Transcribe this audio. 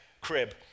crib